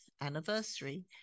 anniversary